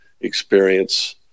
experience